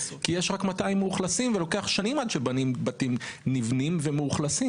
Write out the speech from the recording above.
כי יש רק 200 מאוכלסים ולוקח שנים עד שבתים נבנים ומאוכלסים.